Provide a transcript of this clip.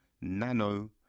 Nano